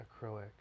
acrylic